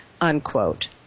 unquote